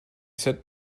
said